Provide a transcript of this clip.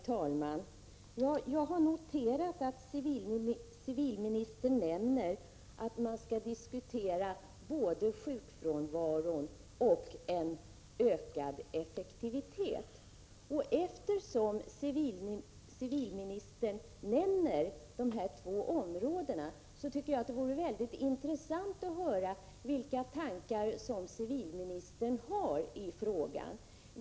Herr talman! Jag har noterat att civilministern nämner att man skall diskutera både sjukfrånvaron och en ökad effektivitet. Eftersom civilministern nämner dessa områden, tycker jag att det vore väldigt intressant att höra vilka tankar som civilministern har i frågan.